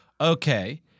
okay